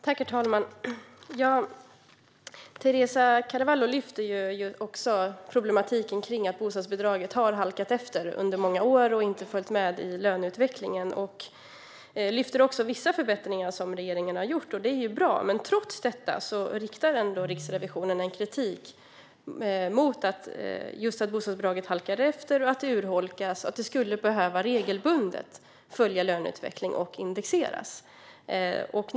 Herr talman! Teresa Carvalho lyfter problematiken rörande att bostadsbidraget har halkat efter under många år och inte följt med i löneutvecklingen. Hon lyfter också fram vissa förbättringar som regeringen har gjort. Det är bra att man har gjort dem, men trots detta riktar Riksrevisionen ändå kritik mot att bostadsbidraget halkar efter och urholkas och att det regelbundet skulle behöva följa löneutvecklingen och indexeras.